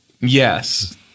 Yes